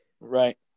Right